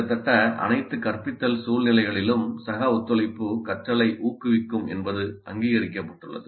கிட்டத்தட்ட அனைத்து கற்பித்தல் சூழ்நிலைகளிலும் சக ஒத்துழைப்பு கற்றலை ஊக்குவிக்கும் என்பது அங்கீகரிக்கப்பட்டுள்ளது